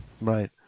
Right